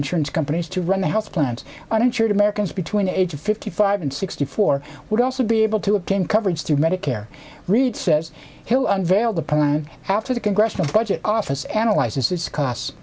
insurance companies to run the house plans uninsured americans between the age of fifty five and sixty four would also be able to obtain coverage through medicare reid says he'll unveil the private after the congressional budget office analyzes its costs